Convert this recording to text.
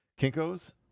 Kinko's